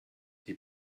die